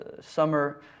summer